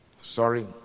Sorry